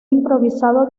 improvisado